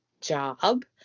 job